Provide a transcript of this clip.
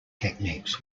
techniques